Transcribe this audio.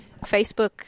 Facebook